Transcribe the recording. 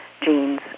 genes